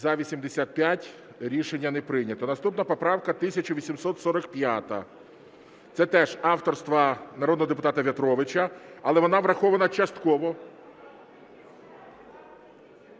За-85 Рішення не прийнято. Наступна поправка 1845. Це теж авторства народного депутата В'ятровича, але вона врахована частково.